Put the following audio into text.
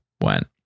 went